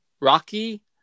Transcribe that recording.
Rocky